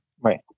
right